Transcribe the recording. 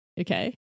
okay